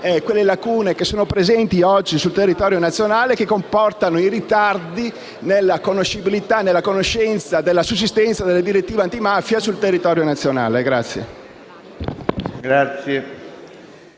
le lacune presenti oggi sul territorio nazionale e che comportano i ritardi nella conoscibilità e nella conoscenza della sussistenza delle interdittive antimafia sul territorio nazionale.